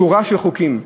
שורה של חוקים,